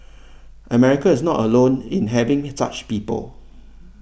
America is not alone in having such people